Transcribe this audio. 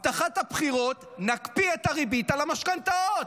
הבטחת הבחירות: נקפיא את הריבית על המשכנתאות.